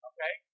Okay